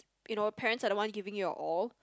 you know parents are the one giving your all